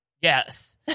yes